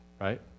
right